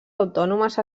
autònomes